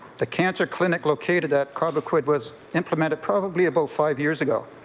the cancer clinic located at cobequid was implemented probably about five years ago.